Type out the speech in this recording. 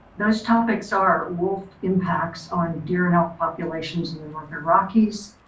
those topics are wolf impacts on deer and elk populations in the northern rockies,